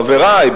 חברי,